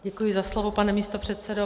Děkuji za slovo, pane místopředsedo.